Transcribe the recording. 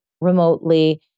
remotely